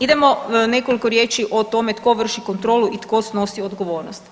Idemo nekoliko riječi o tome tko vrši kontrolu i tko snosi odgovornost.